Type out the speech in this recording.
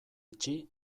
itxi